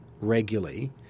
regularly